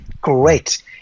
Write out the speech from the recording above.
Great